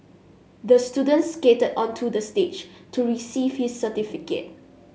the student skated onto the stage to receive his certificate